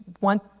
want